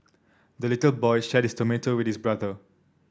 the little boy shared his tomato with his brother